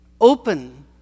open